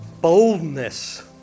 boldness